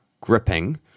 gripping